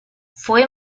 fue